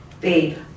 Babe